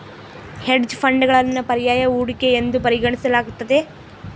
hedge ಫಂಡ್ಗಳನ್ನು ಪರ್ಯಾಯ ಹೂಡಿಕೆ ಎಂದು ಪರಿಗಣಿಸಲಾಗ್ತತೆ